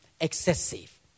Excessive